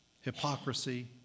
hypocrisy